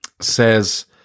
says